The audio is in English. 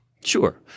Sure